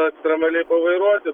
ekstremaliai pavairuoti